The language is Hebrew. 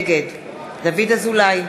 נגד דוד אזולאי,